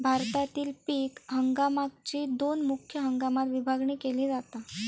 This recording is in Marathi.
भारतातील पीक हंगामाकची दोन मुख्य हंगामात विभागणी केली जाता